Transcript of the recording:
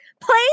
Play